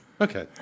Okay